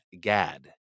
Gad